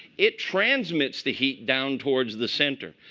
it transmits the heat down towards the center.